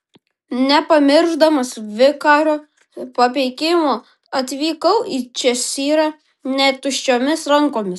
nepamiršdamas vikaro papeikimo atvykau į češyrą ne tuščiomis rankomis